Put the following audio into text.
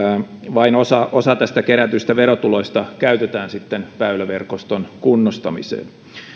vain osa osa kerätyistä verotuloista käytetään väyläverkoston kunnostamiseen